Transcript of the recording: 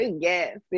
yes